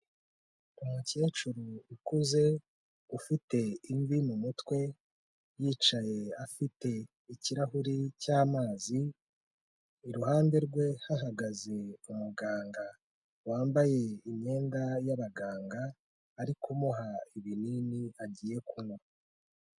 Umukecuru ukuze ufite imvi mu mutwe, yicaye afite ikirahuri cy'amazi, iruhande rwe hahagaze umuganga wambaye imyenda y'abaganga, ari kumuha ibinini agiye kunywa.